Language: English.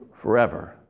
forever